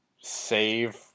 save